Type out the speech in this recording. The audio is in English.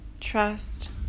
trust